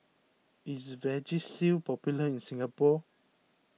is Vagisil popular in Singapore